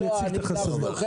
אני אציג את החסמים.